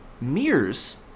mirrors